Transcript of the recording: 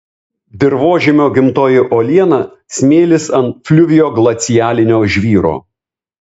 dirvožemio gimtoji uoliena smėlis ant fliuvioglacialinio žvyro